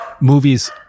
movies